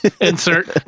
insert